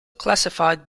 classified